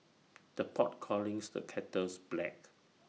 the pot callings the kettles black